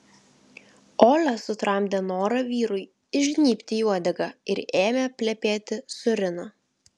olia sutramdė norą vyrui įžnybti į uodegą ir ėmė plepėti su rina